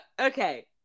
okay